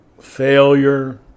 failure